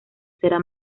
será